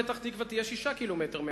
פתח-תקווה תהיה 6 קילומטרים מהגבול,